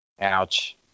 Ouch